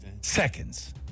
seconds